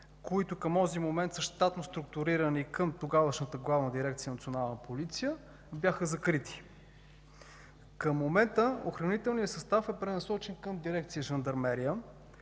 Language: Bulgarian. които към онзи момент са щатно структурирани към тогавашната Главна дирекция „Национална полиция”, бяха закрити. Към момента охранителният състав е пренасочен към дирекция „Жандармерия”